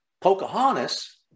Pocahontas